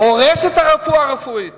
הורס את מצב